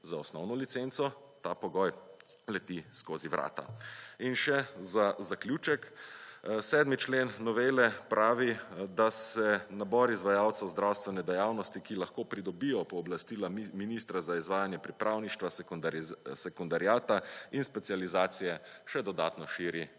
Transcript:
za osnovno licenco ta pogoj leti skozi vrata. In še za zaključek. 7. člen novele pravi, da se nabor izvajalcev zdravstvene dejavnosti, ki lahko pridobijo pooblastila ministra za izvajanje pripravništva sekundarjata in specializacije še dodatno širi na